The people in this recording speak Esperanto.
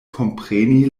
kompreni